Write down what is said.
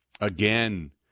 again